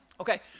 Okay